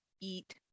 eat